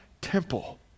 temple